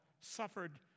suffered